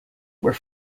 were